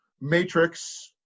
Matrix